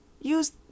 use